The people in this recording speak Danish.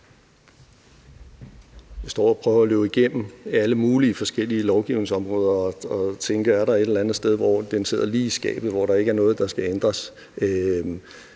Jeg står og prøver at løbe igennem alle mulige forskellige lovgivningsområder og tænker: Er der et eller andet sted, hvor den sidder lige i skabet, og hvor der ikke er noget, der skal ændres?